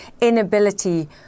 inability